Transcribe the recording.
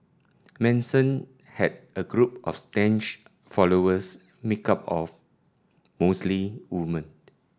Manson had a group of staunch followers made up of mostly women